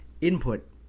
input